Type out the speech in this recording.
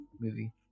movie